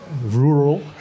rural